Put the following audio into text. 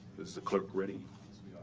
is the clerk ready?